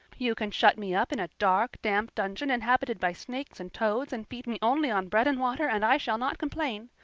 you can shut me up in a dark, damp dungeon inhabited by snakes and toads and feed me only on bread and water and i shall not complain.